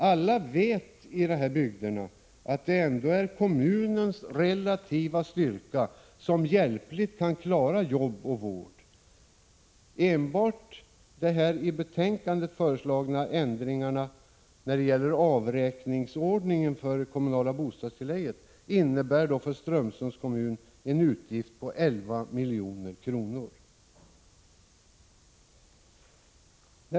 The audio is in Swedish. Alla i de här bygderna vet att det ändå är kommunens relativa styrka som hjälpligt kan klara jobb och vård. För Strömsunds kommun innebär enbart de i betänkandet förslagna ändringarna när det gäller avräkningsordningen för det kommunala bostadstillägget en utgift på 11 milj.kr.